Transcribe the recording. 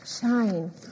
Shine